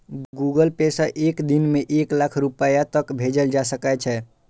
Google Pay सं एक दिन मे एक लाख रुपैया तक भेजल जा सकै छै